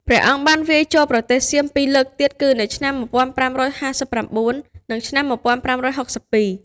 ព្រះអង្គបានវាយចូលប្រទេសសៀមពីរលើកទៀតគឺនៅឆ្នាំ ១៥៥៩ និងឆ្នាំ ១៥៦២។